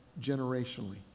generationally